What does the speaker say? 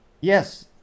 yes